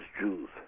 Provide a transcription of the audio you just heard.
Jews